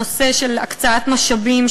הנושא של הקצאת משאבים,